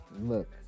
Look